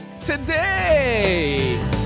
Today